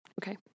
Okay